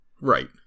Right